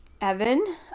Evan